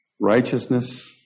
Righteousness